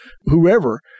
whoever